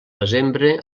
desembre